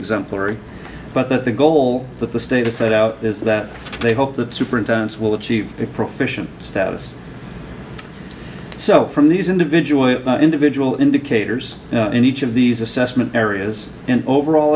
exemplary but that the goal that the state is set out is that they hope the superintendents will achieve it proficient status so from these individual individual indicators in each of these assessment areas in overall